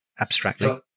abstractly